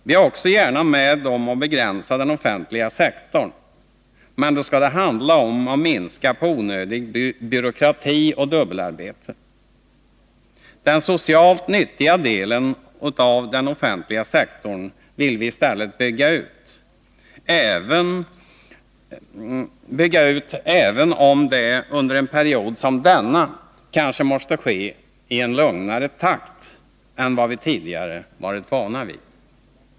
Vi är också gärna med om att begränsa den offentliga sektorn, men då skall det handla om att minska på onödig byråkrati och på dubbelarbete. Den socialt nyttiga delen av den offentliga sektorn vill vi i stället bygga ut, även om det under en period som denna kanske måste ske i en lugnare takt än vad vi tidigare varit vana vid.